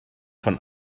von